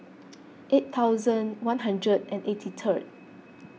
eight thousand one hundred and eighty third